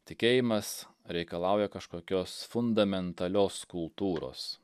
tikėjimas reikalauja kažkokios fundamentalios kultūros